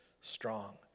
strong